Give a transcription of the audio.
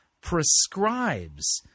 prescribes